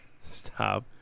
stop